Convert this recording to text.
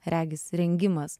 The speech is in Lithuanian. regis rengimas